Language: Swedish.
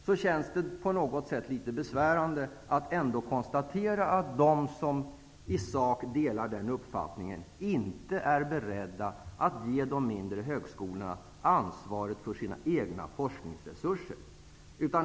Då känns det på något sätt litet besvärande att konstatera att de som i sak delar den uppfattningen inte är beredda att ge de mindre högskolorna ansvaret för sina egna forskningsresurser.